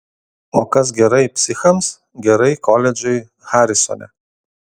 o kas gerai psichams gerai koledžui harisone